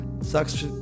sucks